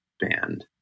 band